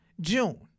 June